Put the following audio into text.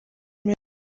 meyer